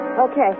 Okay